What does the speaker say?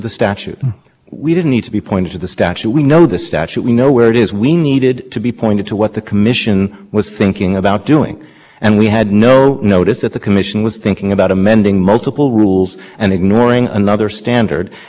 that the f c c has sown together here between the internet and the telephone network mr lewis said that it's always been the case that for example you could still be interconnected even if you block nine hundred calls and that's right it doesn't destroy being interconnected